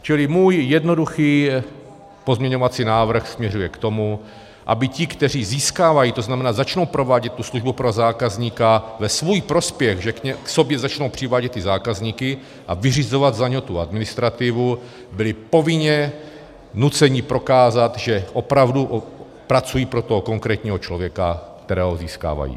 Čili můj jednoduchý pozměňovací návrh směřuje k tomu, aby ti, kteří získávají, to znamená, začnou provádět tu službu pro zákazníka ve svůj prospěch, že k sobě začnou přivádět ty zákazníky a vyřizovat za ně tu administrativu, byli povinně nuceni prokázat, že opravdu pracují pro toho konkrétního člověka, kterého získávají.